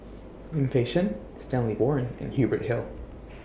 Lim Fei Shen Stanley Warren and Hubert Hill